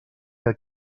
que